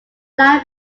nine